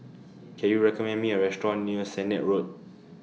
Can YOU recommend Me A Restaurant near Sennett Road